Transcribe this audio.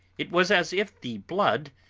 it was as if the blood,